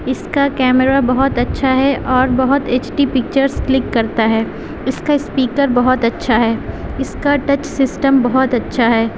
اس کا کیمرہ بہت اچھا ہے اور بہت ایچ ڈی پکچرس کلک کرتا ہے اس کا اسپیکر بہت اچھا ہے اس کا ٹچ سسٹم بہت اچھا ہے